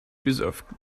deserve